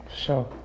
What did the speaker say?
Sure